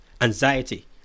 anxiety